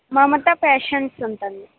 Mamata fashions ಅಂತ madam